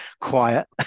quiet